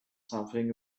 something